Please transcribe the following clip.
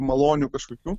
malonių kažkokių